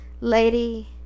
lady